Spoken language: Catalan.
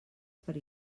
per